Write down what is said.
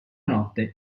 notte